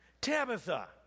Tabitha